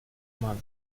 mal